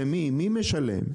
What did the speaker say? למי, מי משלם?